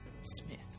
smith